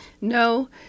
No